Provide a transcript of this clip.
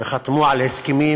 וחתמו על הסכמים,